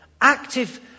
Active